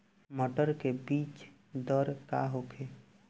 मटर के बीज दर का होखे?